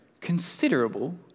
considerable